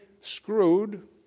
screwed